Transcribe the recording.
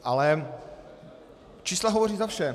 Ale čísla hovoří za vše.